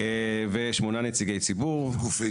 ו-8 גופי